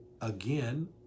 again